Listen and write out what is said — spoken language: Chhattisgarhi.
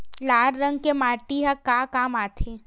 लाल रंग के माटी ह का काम आथे?